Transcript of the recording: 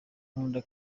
nkunda